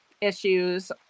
issues